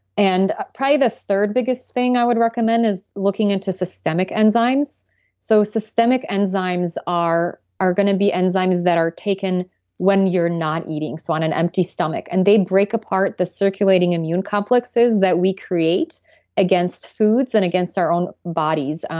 and probably the third biggest thing i would recommend is looking into systemic enzymes so systemic enzymes are going to be enzymes that are taken when you're not eating, so on an empty stomach. and they break apart the circulating immune complexes that we create against foods and against our own bodies.